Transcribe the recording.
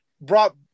Brought